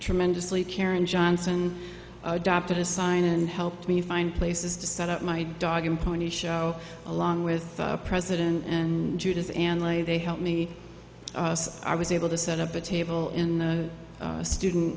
tremendously karen johnson adopted a sign and helped me find places to set up my dog and pony show along with the president and judas and like they helped me i was able to set up a table in the student